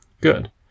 Good